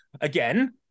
Again